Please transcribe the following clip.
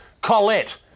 Colette